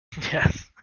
Yes